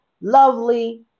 lovely